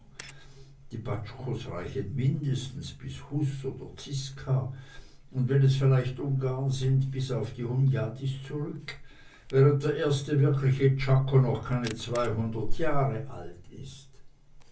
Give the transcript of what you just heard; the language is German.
die baczkos reichen mindestens bis hus oder ziska und wenn es vielleicht ungarn sind bis auf die hunyadis zurück während der erste wirkliche czako noch keine zweihundert jahre alt ist